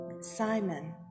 Simon